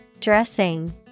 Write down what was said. Dressing